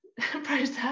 process